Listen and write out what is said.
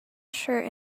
shirt